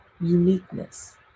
uniqueness